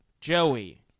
Joey